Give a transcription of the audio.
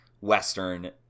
Western